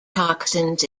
toxins